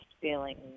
feeling